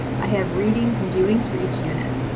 i have readings and viewings for each unit.